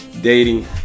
dating